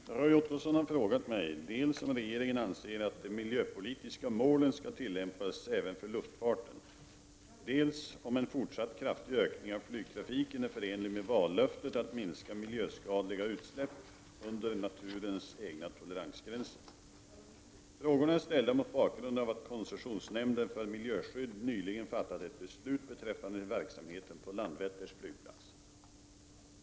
Fru talman! Roy Ottosson har frågat mig dels om regeringen anser att de miljöpolitiska målen skall tillämpas även för luftfarten, dels om en fortsatt kraftig ökning av flygtrafiken är förenlig med vallöftet att minska miljöskadliga utsläpp under naturens egna toleransgränser. Frågorna är ställda mot bakgrund av att koncessionsnämnden för miljöskydd nyligen fattat ett beslut beträffande verksamheten på Landvetters flygplats.